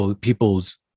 people's